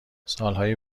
سالهای